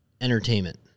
entertainment